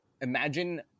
Imagine